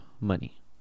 money